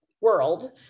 world